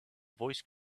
voice